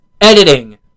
Editing